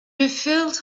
refilled